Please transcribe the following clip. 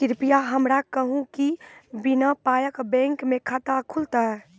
कृपया हमरा कहू कि बिना पायक बैंक मे खाता खुलतै?